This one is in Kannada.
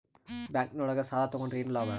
ಬ್ಯಾಂಕ್ ನೊಳಗ ಸಾಲ ತಗೊಂಡ್ರ ಏನು ಲಾಭ?